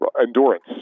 Endurance